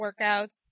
workouts